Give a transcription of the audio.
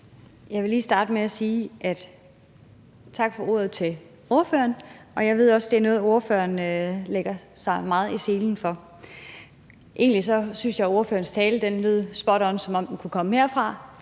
Jeg vil lige starte med at sige tak til ordføreren for talen. Jeg ved også, at det er noget, ordføreren lægger sig meget i selen for. Egentlig synes jeg, at ordførerens tale lød spot on, som om den kunne komme herfra,